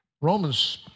Romans